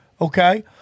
okay